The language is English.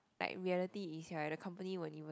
like reality is right the company won't even